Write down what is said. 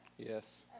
Yes